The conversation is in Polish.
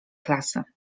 klasy